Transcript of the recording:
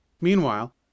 Meanwhile